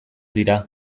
dira